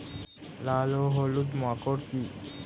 লাল ও হলুদ মাকর কী?